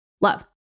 Love